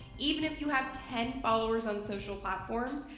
even if you have ten followers on social platforms,